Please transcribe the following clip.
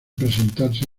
presentarse